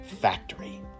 factory